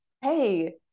hey